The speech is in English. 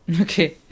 Okay